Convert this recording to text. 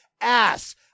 ass